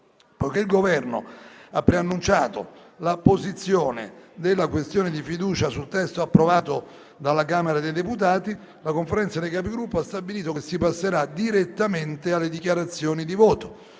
Poiché il Governo ha preannunciato l'apposizione della questione di fiducia sul testo approvato dalla Camera dei deputati, la Conferenza dei Capigruppo ha stabilito che si passerà direttamente alle dichiarazioni di voto.